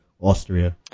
Austria